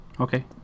Okay